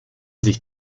sich